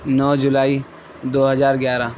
نو جولائی دو ہزار گیارہ